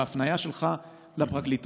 וההפניה שלך לפרקליטות.